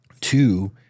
Two